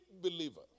believer